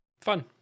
Fun